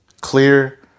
clear